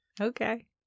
Okay